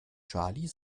charlie